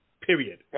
Period